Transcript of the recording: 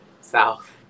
south